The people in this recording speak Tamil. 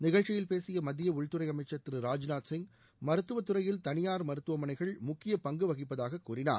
நிகழ்ச்சியில் பேசிய மத்திய உள்துறை அமைச்சர் திரு ராஜ்நாத் சிங் மருத்துவத்துறையில் தனியார் மருத்துவமனைகள் முக்கிய பங்கு வகிப்பதாக கூறினார்